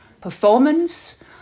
performance